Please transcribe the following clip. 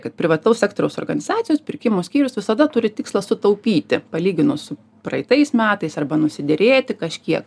kad privataus sektoriaus organizacijos pirkimų skyrius visada turi tikslą sutaupyti palyginus su praeitais metais arba nusiderėti kažkiek